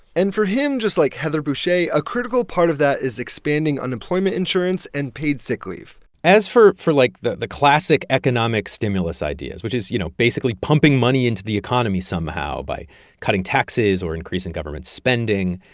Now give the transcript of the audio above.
and for him, just like heather boushey, a critical part of that is expanding unemployment insurance and paid sick leave as for, like, the the classic economic stimulus ideas, which is, you know, basically pumping money into the economy somehow by cutting taxes or increasing government spending,